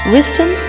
Wisdom